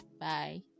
bye